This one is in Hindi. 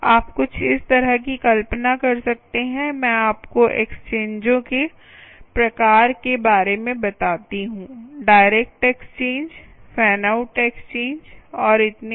आप कुछ इस तरह की कल्पना कर सकते हैं मैं आपको एक्सचेंजों के प्रकार के बारे में बताती हूं direct exchange fan out exchange और इतने पर